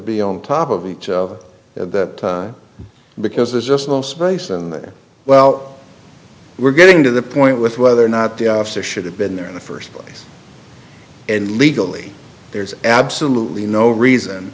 be on top of each of that because there's just no space and well we're getting to the point with whether or not the officer should have been there in the st place and legally there's absolutely no reason